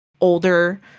older